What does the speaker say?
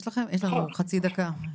יש לנו חצי דקה,